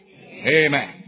Amen